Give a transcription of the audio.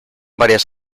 varias